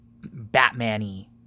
Batman-y